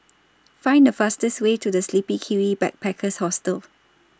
Find The fastest Way to The Sleepy Kiwi Backpackers Hostel